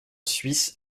suisse